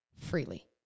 freely